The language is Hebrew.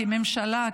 כממשלה,